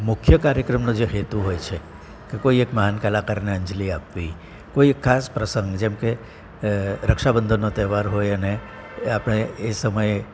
મુખ્ય કાર્યક્રમનો જે હેતુ હોય છે કે કોઈ એક મહાન કલાકારને અંજલિ આપવી કોઈ એક ખાસ પ્રસંગ જેમ કે રક્ષાબંધનનો તહેવાર હોય અને આપણે એ સમયે